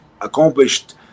accomplished